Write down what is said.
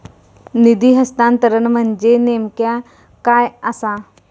निधी हस्तांतरण म्हणजे नेमक्या काय आसा?